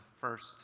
first